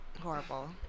Horrible